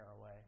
away